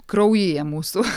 kraujyje mūsų